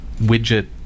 widget